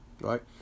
right